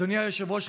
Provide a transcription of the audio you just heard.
אדוני היושב-ראש,